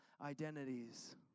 identities